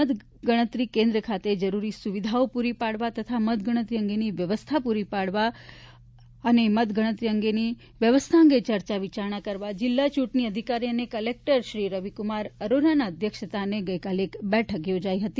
મતગણતરી કેન્દ્ર ખાતે જરૂરી સુવિધાઓ પુરી પાડવા તથા મતગણતરી અંગેની વ્યવસ્થા પુરી પાડવા તથા મતગણતરી અંગેની વ્યનવસ્થા અંગે ચર્ચા વિચારણા કરવા માટે જિલ્લા ચૂંટણી અીધકારી અને કલેક્ટરશ્રી રવિકુમાર અરોરાના અધ્યક્ષસ્થાનને બેઠક યોજાઇ હતી